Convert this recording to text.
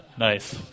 Nice